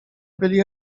byli